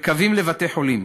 וקווים לבתי-חולים.